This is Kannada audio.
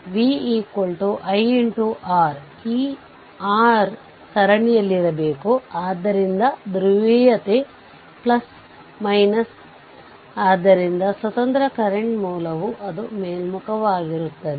ಆದ್ದರಿಂದ ಲೋಡ್ ಯಾವಾಗ ಸಂಪರ್ಕ ಕಡಿತಗೊಂಡಿದೆ ಎಂದು ಕಂಡುಕೊಳ್ಳುತ್ತೀರಿ ಮತ್ತು ನೀವು ಎಲ್ಲಾ ಸ್ವತಂತ್ರ ಮೂಲಗಳನ್ನು ಆಫ್ ಮಾಡಿದ್ದೀರಿ